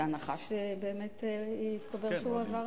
בהנחה שבאמת הסתבר שהוא עבר